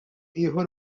ieħor